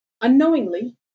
unknowingly